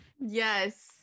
Yes